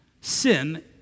sin